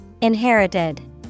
Inherited